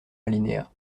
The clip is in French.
alinéa